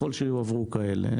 ככל שיועברו כאלה.